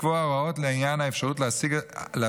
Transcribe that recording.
לקבוע הוראות לעניין האפשרות להשיג